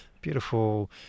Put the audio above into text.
beautiful